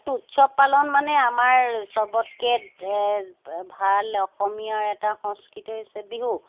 এইটো উৎসৱ পালন মানে আমাৰ চবতকে ভাল অসমীয়াৰ এটা সংস্কৃতি হৈছে বিহু